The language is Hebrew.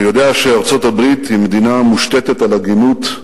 "אני יודע שארצות-הברית היא מדינה המושתתת על הגינות,